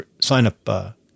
sign-up